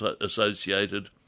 associated